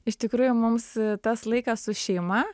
iš tikrųjų mums tas laikas su šeima